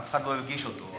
אף אחד לא הרגיש אותו.